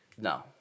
No